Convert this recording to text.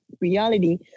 reality